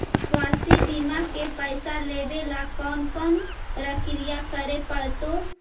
स्वास्थी बिमा के पैसा लेबे ल कोन कोन परकिया करे पड़तै?